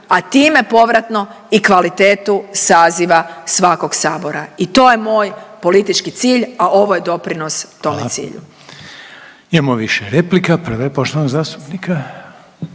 a time povratno i kvalitetu saziva svakog Sabora i to je moj politički cilj, a ovo je doprinos tome cilju.